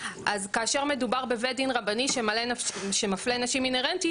אז כאשר מדובר בבית דין רבני שמפלה נשים אינהרנטית,